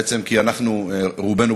בעצם כי אנחנו רובנו,